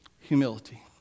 Humility